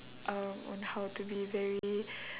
uh on how to be very